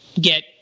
get